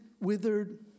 withered